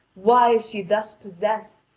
why is she thus possessed,